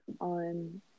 on